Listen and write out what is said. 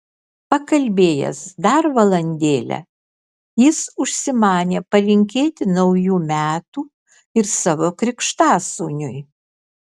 pakalbėjęs dar valandėlę jis užsimanė palinkėti naujų metų ir savo krikštasūniui